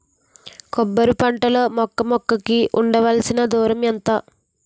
కొబ్బరి పంట లో మొక్క మొక్క కి ఉండవలసిన దూరం ఎంత